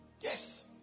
Yes